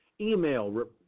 email